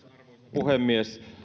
puhemies